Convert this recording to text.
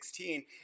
2016